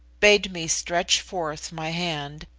bade me stretch forth my hand,